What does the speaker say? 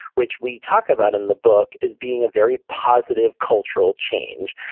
which we talk about in the book as being a very positive cultural change.